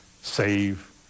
save